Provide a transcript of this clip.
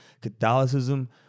Catholicism